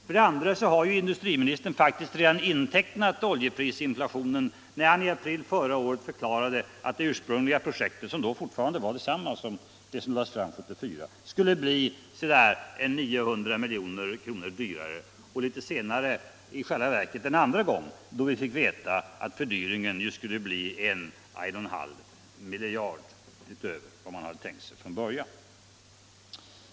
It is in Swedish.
För det andra har industriministern faktiskt redan intecknat oljeprisinflationen, dels när han i april förra året förklarade att det ursprungliga projektet, som då fortfarande var detsamma som det som lades fram 1974, skulle bli så där 900 miljoner dyrare, dels litet senare, och i själva verket en andra gång, då vi fick veta att fördyringen skulle bli I å 11/2 miljard utöver vad man tänkt sig från början.